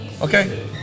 Okay